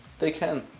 they can.